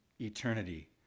eternity